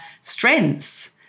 strengths